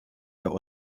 der